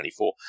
2024